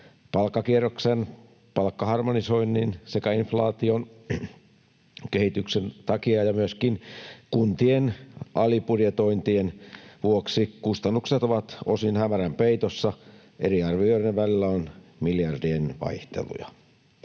Palkkakierroksen, palkkaharmonisoinnin sekä inflaation kehityksen takia ja myöskin kuntien alibudjetointien vuoksi kustannukset ovat osin hämärän peitossa — eri arvioiden välillä on miljardien vaihteluja.